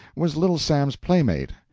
was little sam's playmate,